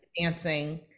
dancing